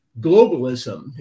globalism